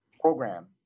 program